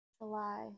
July